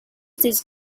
this